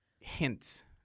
Hints